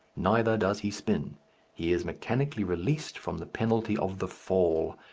neither does he spin he is mechanically released from the penalty of the fall,